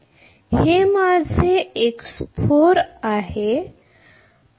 हे माझे x4 आहे